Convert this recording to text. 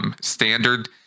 Standard